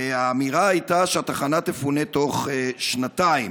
והאמירה הייתה שהתחנה תפונה תוך שנתיים.